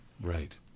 Right